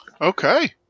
Okay